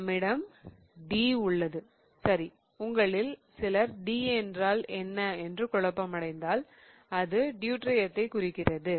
நம்மிடம் D உள்ளது சரி உங்களில் சிலர் D என்றால் என்ன என்று குழப்பம் அடைந்தால் அது டியூட்டீரியத்தை குறிக்கிறது